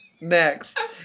Next